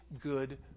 good